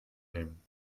nehmen